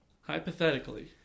Hypothetically